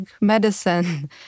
medicine